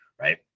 Right